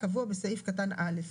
הקבוע בסעיף קטן (א).